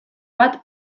bat